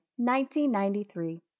1993